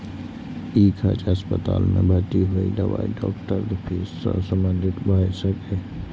ई खर्च अस्पताल मे भर्ती होय, दवाई, डॉक्टरक फीस सं संबंधित भए सकैए